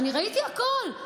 אני ראיתי הכול,